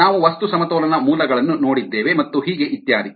ನಾವು ವಸ್ತು ಸಮತೋಲನ ಮೂಲಗಳನ್ನು ನೋಡಿದ್ದೇವೆ ಮತ್ತು ಹೀಗೆ ಇತ್ಯಾದಿ